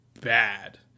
bad